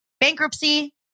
bankruptcy